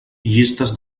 llistes